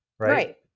Right